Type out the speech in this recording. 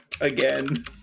again